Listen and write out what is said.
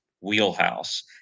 wheelhouse